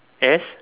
S